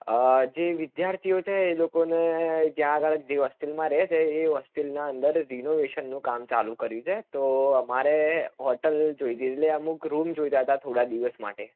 જે વિદ્યાર્થીઓ છે એ લોકોને ત્યાં આગળ જે હોસ્ટેલમાં રહે છે એ હોસ્ટેલના અંદર રીનોવેશનનું કામ ચાલુ કર્યું છે તો અમારે હોટેલ જોઈતી હતી એટલે અમુક રૂમ જોઈતા હતા થોડા દીવસ માટે